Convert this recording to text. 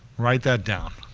write that down.